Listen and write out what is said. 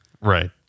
Right